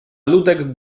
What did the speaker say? ludek